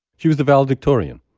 she was the valedictorian,